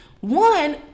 one